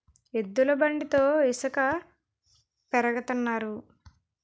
ఎద్దుల బండితో ఇసక పెరగతన్నారు